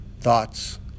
thoughts